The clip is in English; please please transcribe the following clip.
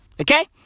Okay